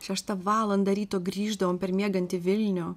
šeštą valandą ryto grįždavom per miegantį vilnių